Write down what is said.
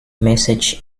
message